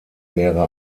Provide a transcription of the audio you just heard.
wäre